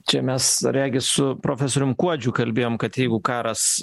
čia mes regis su profesoriumi kuodžiu kalbėjome kad jeigu karas